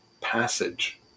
passage